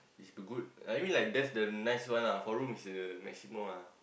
is good I mean like that's the nice one ah four room is the maximum ah